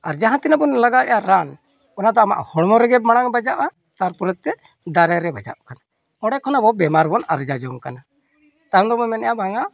ᱟᱨ ᱡᱟᱦᱟᱸ ᱛᱤᱱᱟᱹᱜ ᱵᱚᱱ ᱞᱟᱜᱟᱣᱮᱜᱼᱟ ᱨᱟᱱ ᱚᱱᱟᱫᱚ ᱟᱢᱟᱜ ᱦᱚᱲᱢᱚ ᱨᱮᱜᱮ ᱢᱟᱲᱟᱝ ᱵᱟᱡᱟᱜᱼᱟ ᱛᱟᱨᱯᱚᱨᱮ ᱛᱮ ᱫᱟᱨᱮ ᱨᱮ ᱵᱟᱡᱟᱜ ᱠᱟᱱᱟ ᱚᱸᱰᱮ ᱠᱷᱚᱱ ᱟᱵᱚ ᱵᱤᱢᱟᱨ ᱵᱚᱱ ᱟᱨᱡᱟᱣ ᱡᱚᱝ ᱠᱟᱱᱟ ᱛᱟᱭᱚᱢ ᱫᱚᱵᱚᱱ ᱢᱮᱱᱮᱫᱼᱟ ᱵᱟᱝᱟ